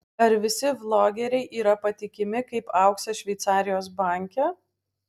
ar visi vlogeriai yra patikimi kaip auksas šveicarijos banke